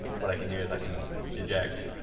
what i can do is i can eject,